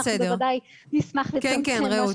אנחנו בוודאי נשמח לצמצם מה שצריך.